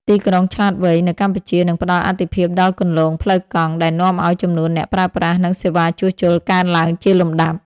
ទីក្រុងឆ្លាតវៃ នៅកម្ពុជានឹងផ្តល់អាទិភាពដល់គន្លងផ្លូវកង់ ដែលនាំឱ្យចំនួនអ្នកប្រើប្រាស់ និងសេវាជួសជុលកើនឡើងជាលំដាប់។